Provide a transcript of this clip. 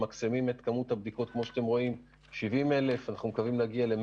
וגם במקרים שבהם יש שיתוף פעולה השב"כ משלים ומוסיף עוד מגעים.